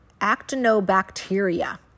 actinobacteria